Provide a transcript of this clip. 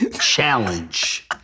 challenge